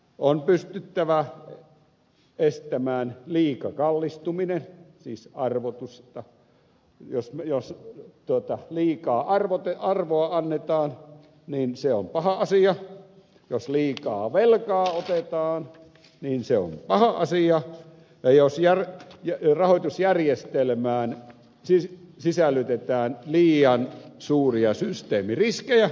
on pystyttävä estämään liika kallistuminen siis arvottaminen jos liikaa arvoa annetaan niin se on paha asia jos liikaa velkaa otetaan niin se on paha asia ja jos rahoitusjärjestelmään sisällytetään liian suuria systeemiriskejä niin se on paha asia